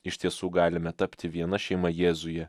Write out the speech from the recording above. iš tiesų galime tapti viena šeima jėzuje